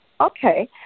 Okay